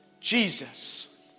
Jesus